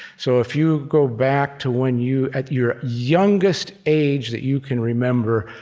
so if you go back to when you at your youngest age that you can remember,